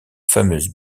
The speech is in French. fameuse